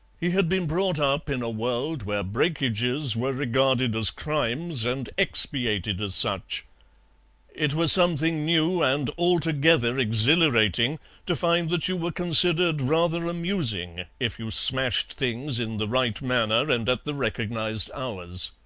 he had been brought up in a world where breakages were regarded as crimes and expiated as such it was something new and altogether exhilarating to find that you were considered rather amusing if you smashed things in the right manner and at the recognized hours.